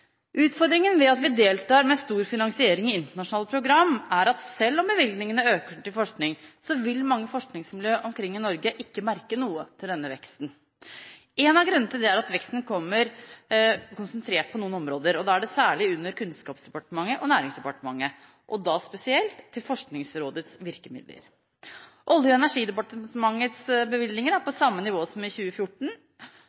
Utfordringen ved at vi deltar med stor finansiering i internasjonale program er at selv om bevilgningene til forskning øker, vil mange forskningsmiljø omkring i Norge ikke merke noe til denne veksten. En av grunnene til det er at veksten kommer konsentrert på noen områder, særlig under Kunnskapsdepartementet og Næringsdepartementet, og da spesielt til Forskningsrådets virkemidler. Olje- og energidepartementets bevilgninger er på